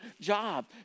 job